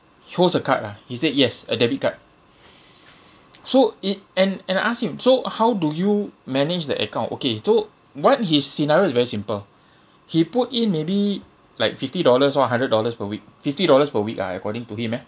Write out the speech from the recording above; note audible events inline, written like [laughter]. he holds a card ah he said yes a debit card [breath] so it and and I ask him so how do you manage that account okay so what his scenario is very simple he put in maybe like fifty dollars one hundred dollars per week fifty dollars per week ah according to him eh